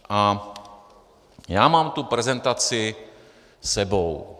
A já mám tu prezentaci s sebou.